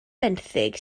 benthyg